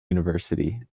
university